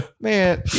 Man